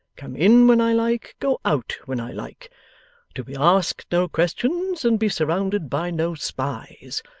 come in when i like, go out when i like to be asked no questions and be surrounded by no spies.